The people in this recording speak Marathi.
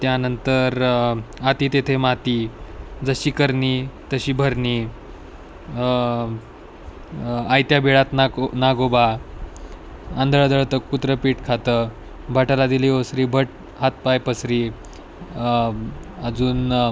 त्यानंतर अति तेथे माती जशी करणी तशी भरणी आयत्या बिळात नागो नागोबा आंधळं दळतं कुत्रं पीठ खातं भटाला दिली ओसरी भट हातपाय पसरी अजून